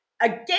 Again